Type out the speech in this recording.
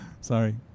Sorry